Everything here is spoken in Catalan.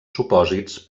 supòsits